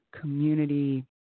community